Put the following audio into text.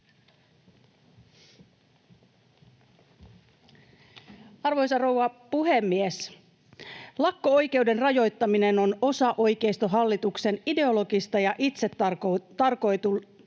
Arvoisa rouva puhemies! Lakko-oikeuden rajoittaminen on osa oikeistohallituksen ideologista ja itsetarkoituksellista